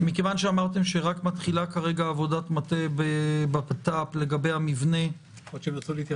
מכיוון שאמרתם שרק מתחילה כרגע עבודת המטה בבט"פ לגבי המבנה וכולי,